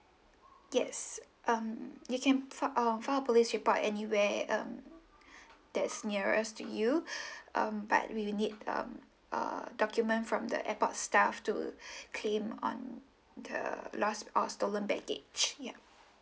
yes um you can file uh file a police report anywhere um that's nearest to you um but we will need um a document from the airport staff to claim on the lost or stolen baggage yup